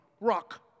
rock